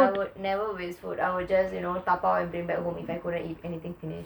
I would never waste food I would just dabao and bring back home if I could not eat anything finished